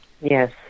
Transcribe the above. Yes